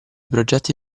progetti